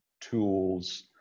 tools